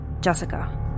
Jessica